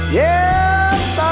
yes